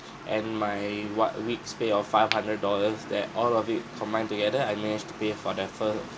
and my what week's pay of five hundred dollars that all of it combined together I managed to pay for the first